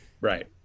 Right